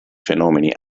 fenomeni